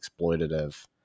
exploitative